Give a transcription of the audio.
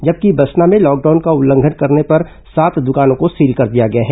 जबकि बसना में लॉकडाउन का उल्लंघन करने पर सात दकानों को सील कर दिया गया है